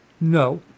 no